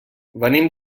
venim